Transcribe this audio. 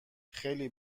خیلی